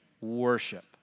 worship